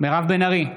מירב בן ארי,